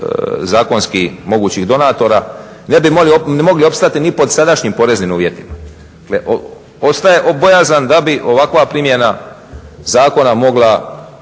zakonski mogućih donatora ne bi mogli opstati ni pod sadašnjim poreznim uvjetima. Dakle, ostaje bojazan da bi ovakva primjena zakona mogla